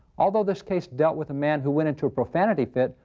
although this case dealt with a man who went into a profanity fit,